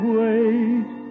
wait